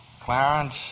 Clarence